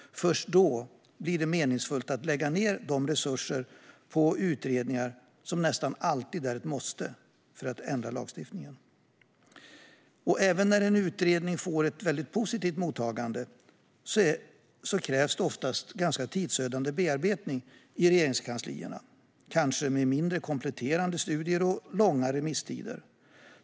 Först då blir det meningsfullt att lägga resurser på de utredningar som nästan alltid är ett måste för att ändra lagstiftningen. Även när en utredning får ett väldigt positivt mottagande krävs det oftast ganska tidsödande bearbetning i Regeringskansliet, kanske med mindre kompletterande studier och långa remisstider.